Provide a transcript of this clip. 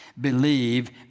believe